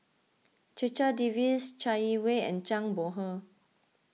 Checha Davies Chai Yee Wei and Zhang Bohe